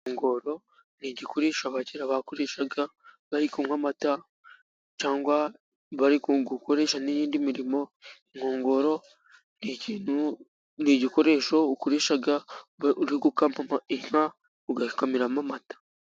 Inkongoro， ni igikoresho aba kera bakoreshaga bari kunywa amata， cyangwa bari gukoresha n'iyindi mirimo. Inkongoro ni igikoresho ukoresha uri gukama inka，ukayikamiramo amata.